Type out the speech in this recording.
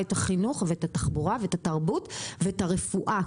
את החינוך ואת התחבורה ואת התרבות ואת הרפואה,